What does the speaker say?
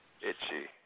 itchy